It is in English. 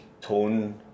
tone